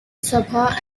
sabah